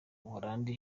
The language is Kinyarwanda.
buholandi